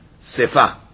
sefa